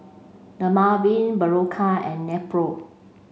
Dermaveen Berocca and Nepro